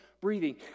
breathing